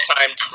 all-time